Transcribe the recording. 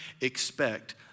expect